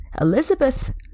Elizabeth